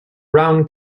round